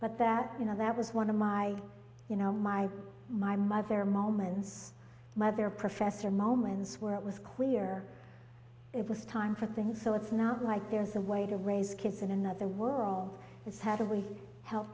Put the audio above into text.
but that you know that was one of my you know my my mother moments my other professor moments where it was clear it was time for things so it's not like there's a way to raise kids in another world it's have to we help